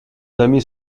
amis